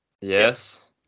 Yes